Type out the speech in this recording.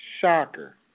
shocker